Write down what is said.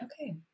okay